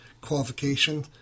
qualification